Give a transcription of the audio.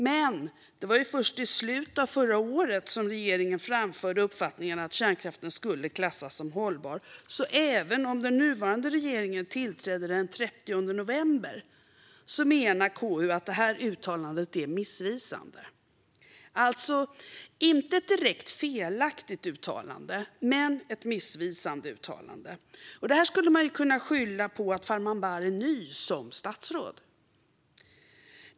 Men det var först i slutet av förra året som regeringen framförde uppfattningen att kärnkraften skulle klassas som hållbar. Även om den nuvarande regeringen tillträdde den 30 november menar KU att uttalandet är missvisande. Det är alltså inte ett direkt felaktigt men ett missvisande uttalande. Det här skulle man kunna skylla på att Farmanbar är ny som statsråd.